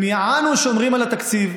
הם יענו שומרים על התקציב.